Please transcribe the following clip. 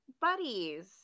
buddies